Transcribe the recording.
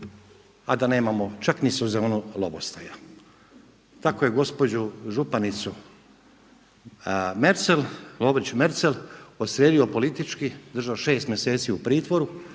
a da nemamo čak ni sezonu lovostaja. Tako je gospođu županicu Merzel, Lovrić Merzel odstrijelio politički, držao šest mjeseci u pritvoru,